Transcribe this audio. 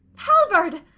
halvard!